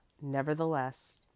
nevertheless